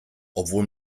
obwohl